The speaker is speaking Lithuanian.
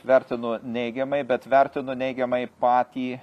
vertinu neigiamai bet vertinu neigiamai patį